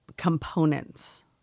Components